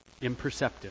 imperceptive